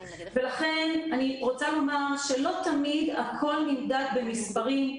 לכן אני רוצה לומר שלא תמיד הכול נמדד במספרים.